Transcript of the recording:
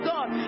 God